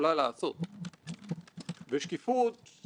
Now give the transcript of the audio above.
השאלות שאנחנו עוסקים בהן הן שאלות של כלכלה ופיננסים,